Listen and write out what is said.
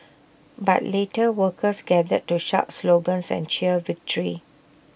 but later workers gathered to shout slogans and cheer victory